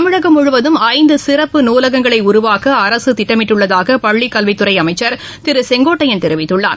தமிழகம் முழுவதும் ஐந்து சிறப்பு நூலகங்களை உருவாக்க அரசு திட்டமிட்டுள்ளதாக பள்ளிக்கல்வித்துறை அமைச்சர் திரு செங்கோட்டையன் தெரிவித்துள்ளார்